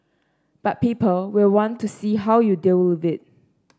but people will want to see how you deal with it